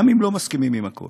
גם אם לא מסכימים עם הכול.